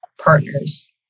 partners